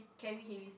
carry heavy stuff